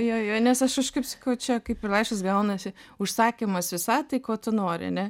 jo jo nes aš aš kaip sakau čia kaip ir laiškas gaunasi užsakymas visatai ko tu nori ane